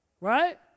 right